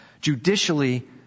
judicially